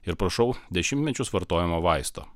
ir prašau dešimtmečius vartojamo vaisto